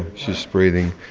she's breathing.